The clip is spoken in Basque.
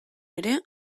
ere